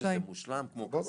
להגיד שזה מושלם כמו כספת,